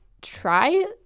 try